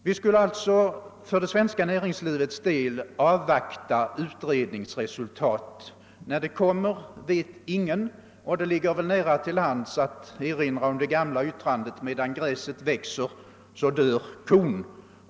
Vi skulle alltså för det svenska näringslivets del avvakta utredningsresultatet. När det kommer vet ingen, och det ligger nära till hands att erinra om det gamla ordspråket att medan gräset gror dör kon.